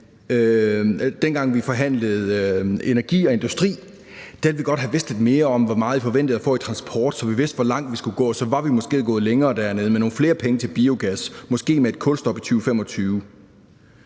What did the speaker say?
Dengang vi forhandlede energi og industri, ville vi godt have vidst lidt mere om, hvor meget I forventede at få i transport, så vi vidste, hvor langt vi skulle gå, og så var vi måske gået længere dér med nogle flere penge til biogas og måske med et kulstop i 2025.